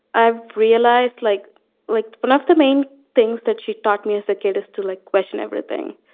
i've realized like like one of the main things that she taught me as a kid is to like question everything.